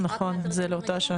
נכון, זה לא לאותה שנה.